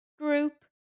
group